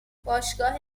باشگاه